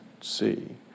see